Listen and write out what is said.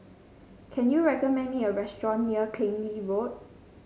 can you recommend me a restaurant near Keng Lee Road